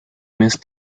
mes